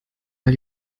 mal